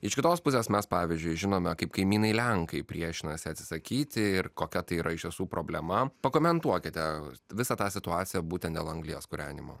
iš kitos pusės mes pavyzdžiui žinome kaip kaimynai lenkai priešinasi atsisakyti ir kokia tai yra iš tiesų problema pakomentuokite visą tą situaciją būtent dėl anglies kūrenimo